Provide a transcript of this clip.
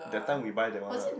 that time we buy that one lah